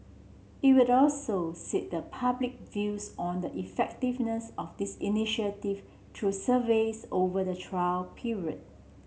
it will also seek the public views on the effectiveness of this initiative through surveys over the trial period